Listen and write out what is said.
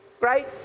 Right